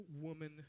woman